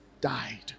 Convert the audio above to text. died